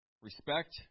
Respect